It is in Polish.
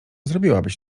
zrobiłabyś